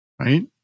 right